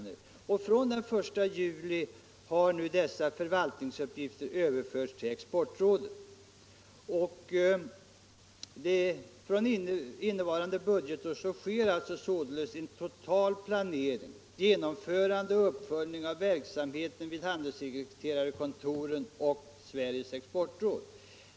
Den 1 juli 1975 överfördes dessa förvaltningsuppgifter till Exportrådet. Från innevarande budgetår sker sålunda den totala planeringen liksom genomförandet och uppföljningen av verksamheten vid handelssekreterarkontoren och Sveriges exportråd.